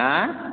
आयँ